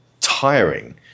tiring